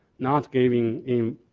not giving in.